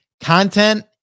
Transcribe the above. content